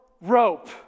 rope